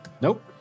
Nope